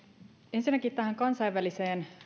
ensinnäkin tähän kansainväliseen